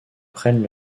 prennent